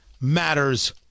matters